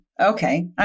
Okay